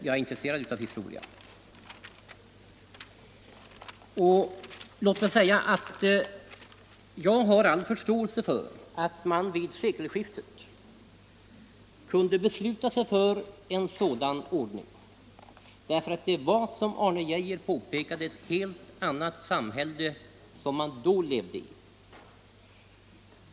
Jag har också all förståelse för att man vid sekelskiftet kunde besluta om en sådan anordning, därför att det var — som Arne Geijer påpekade — ett helt annat samhälle man då levde i.